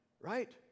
right